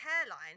hairline